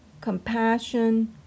compassion